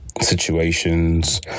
situations